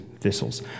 thistles